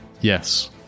Yes